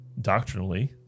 doctrinally